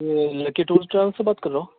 یہ Lucky Tour Travel سے بات کر رہا ہو